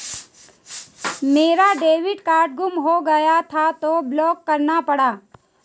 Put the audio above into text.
मेरा debit card गुम हो गया था तो ब्लॉक करना पड़ा